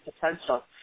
potential